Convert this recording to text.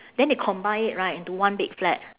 then they combine it right into one big flat